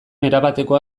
erabatekoa